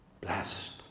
Blessed